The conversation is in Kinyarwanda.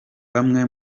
bamwe